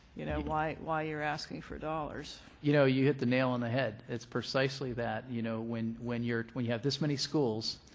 you know, why why you're asking for dollars. you know, you hit the nail on the head. it's precisely that. you know, when when you're when you have this many schools